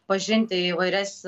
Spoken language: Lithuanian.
pažinti įvairias